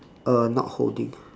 uh not holding